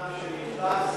אדם נתפס,